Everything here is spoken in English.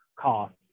cost